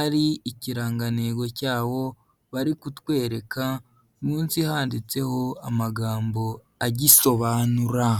ari ikirangantego cyawo bari kutwereka, munsi handitseho amagambo agisobanura.